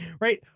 right